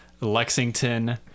Lexington